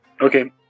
Okay